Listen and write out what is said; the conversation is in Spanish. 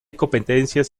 competencias